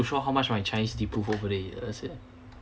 show how much my chinese deprove over the years eh